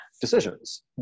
decisions